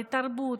לתרבות,